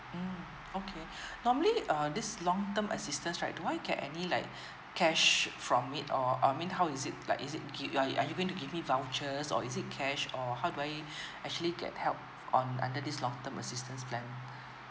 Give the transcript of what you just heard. um normally err this long term assistance right do I get any like cash from it or I mean how is it like is it give uh are you are you going to give me vouchers or is it cash or how do I actually get help um under this long term assistance plan